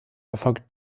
erfolgt